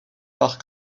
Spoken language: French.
par